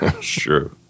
Sure